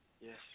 Yes